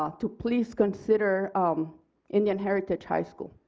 ah to please consider um indian heritage high school.